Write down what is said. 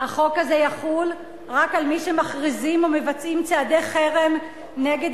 החוק הזה יחול רק על מי שמכריזים או מבצעים צעדי חרם נגד